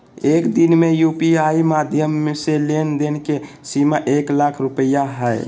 एक दिन में यू.पी.आई माध्यम से लेन देन के सीमा एक लाख रुपया हय